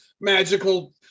magical